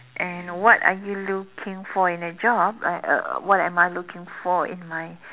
and what are you looking for in a job uh what am I looking in my